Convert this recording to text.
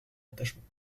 attachement